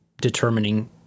determining